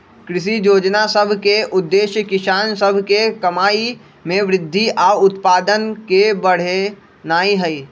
कृषि जोजना सभ के उद्देश्य किसान सभ के कमाइ में वृद्धि आऽ उत्पादन के बढ़ेनाइ हइ